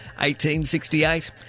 1868